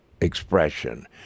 expression